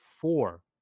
four